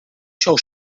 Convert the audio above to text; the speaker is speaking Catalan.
xou